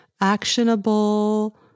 actionable